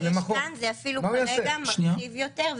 מה שיש כאן זה אפילו כרגע מרחיב יותר,